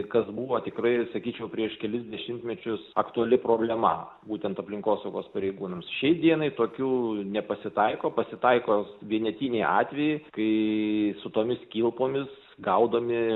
kas buvo tikrai sakyčiau prieš kelis dešimtmečius aktuali problema būtent aplinkosaugos pareigūnams šiai dienai tokių nepasitaiko pasitaiko vienetiniai atvejai kai su tomis kilpomis gaudomi